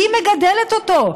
היא מגדלת אותו,